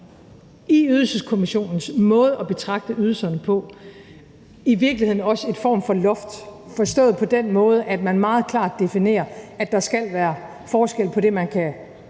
og som har været alle hjørnerne igennem – i virkeligheden også en form for loft, forstået på den måde, at man meget klart definerer, at der skal være forskel på det, man kan